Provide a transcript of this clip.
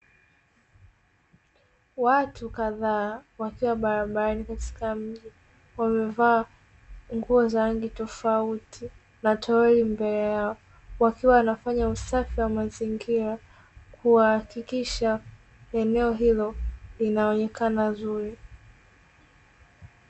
Watu kadhaa wakiwa barabarani katika mji, wamevaa nguo za rangi tofauti na tolori mbele yao, wakiwa wanafanya usafi wa mazingira kuhakikisha eneo hilo linaonekana zuri.